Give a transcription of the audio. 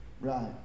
Right